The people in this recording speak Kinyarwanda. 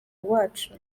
iwacu